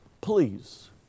Please